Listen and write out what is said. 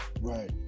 Right